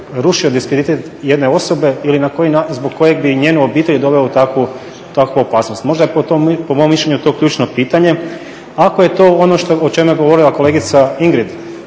rušio diskreditet jedne osobe ili zbog koje bi njenu obitelj doveo u takvu opasnost. Možda je po mom mišljenju to ključno pitanje, ako je to ono o čemu je govorila kolegica Ingrid,